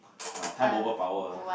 ah time over power ah